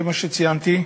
כמו שציינתי.